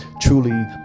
truly